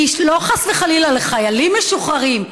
לא חס וחלילה לחיילים משוחררים,